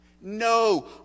No